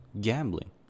gambling